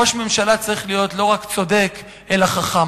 ראש ממשלה צריך להיות לא רק צודק אלא גם חכם.